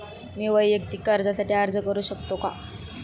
मी वैयक्तिक कर्जासाठी अर्ज करू शकतो का?